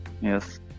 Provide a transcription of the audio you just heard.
yes